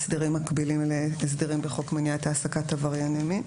אלה הסדרים מקבילים להסדרים בחוק מניעת העסקת עברייני מין,